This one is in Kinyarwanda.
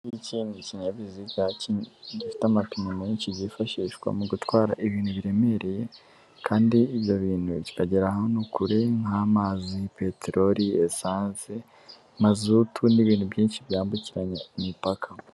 Iki ni ikinyabiziga gifite amapine menshi cyifashishwa mu gutwara ibintu biremereye. Kandi ibyo bintu kikagera ahantu kure nk'amazi, peteroli, esanse, mazutu n'ibintu byinshi byambukiranya imipaka.